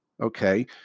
okay